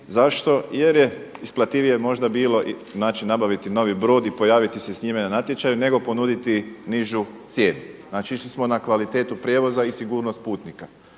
Zašto? Jer je isplativije možda bilo znači nabaviti novi brod i pojaviti se sa njime na natječaju nego ponuditi nižu cijenu. Znači išli smo na kvalitetu prijevoza i sigurnost putnika.